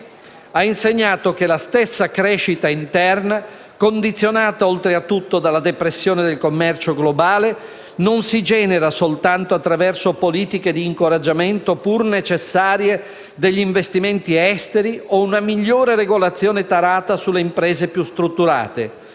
ha insegnato che la stessa crescita interna, condizionata oltretutto dalla depressione del commercio globale, non si genera soltanto attraverso politiche di incoraggiamento, pur necessarie, degli investimenti esteri o una migliore regolazione tarata sulle imprese più strutturate.